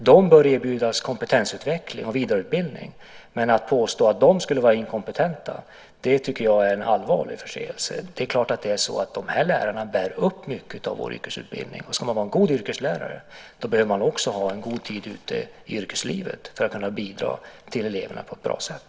De bör erbjudas kompetensutveckling och vidareutbildning. Att påstå att de skulle vara inkompetenta är en allvarlig förseelse. Det är klart att dessa lärare bär upp mycket av vår yrkesutbildning. Ska man vara en god yrkeslärare behöver man också ha en god tid ute i yrkeslivet för att kunna bidra till att eleverna når målen på ett bra sätt.